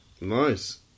Nice